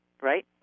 Right